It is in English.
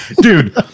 Dude